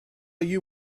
you